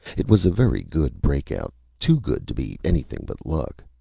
it was a very good breakout too good to be anything but luck.